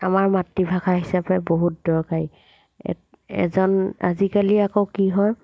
আমাৰ মাতৃভাষা হিচাপে বহুত দৰকাৰী এ এজন আজিকালি আকৌ কি হয়